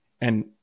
and-